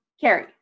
Carrie